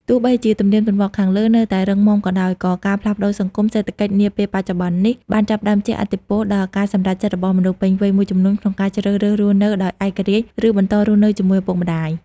ទោះបីជាទំនៀមទម្លាប់ខាងលើនៅតែរឹងមាំក៏ដោយ ក៏ការផ្លាស់ប្តូរសង្គម-សេដ្ឋកិច្ចនាពេលបច្ចុប្បន្ននេះ បានចាប់ផ្តើមជះឥទ្ធិពលដល់ការសម្រេចចិត្តរបស់មនុស្សពេញវ័យមួយចំនួនក្នុងការជ្រើសរើសរស់នៅដោយឯករាជ្យ ឬបន្តរស់នៅជាមួយឪពុកម្តាយ។